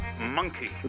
monkey